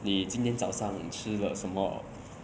你今天早上吃了什么